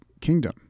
kingdom